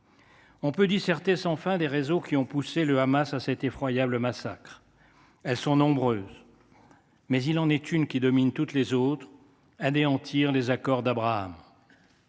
On peut disserter sans fin des raisons qui ont poussé le Hamas à cet effroyable massacre. Elles sont nombreuses, mais il en est une qui domine toutes les autres : la volonté d’anéantir les accords d’Abraham.